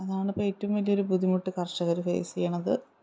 അതാണ് ഇപ്പം ഏറ്റവും വലിയൊരു ബുദ്ധിമുട്ട് കർഷകർ ഫേസ് ചെയ്യണത്